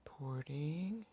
reporting